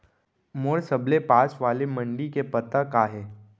मोर सबले पास वाले मण्डी के पता का हे?